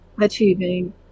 achieving